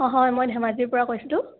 অঁ হয় মই ধেমাজিৰপৰা কৈছিলোঁ